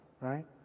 right